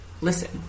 listen